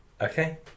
Okay